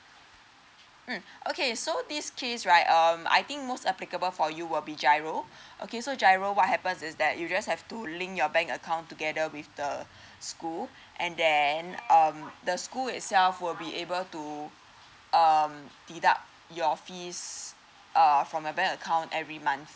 mm okay so this case right um I think most applicable for you will be giro okay so giro what happens is that you just have to link your bank account together with the school and then um the school itself will be able to um deduct your fees err for your bank account every month